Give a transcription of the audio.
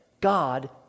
God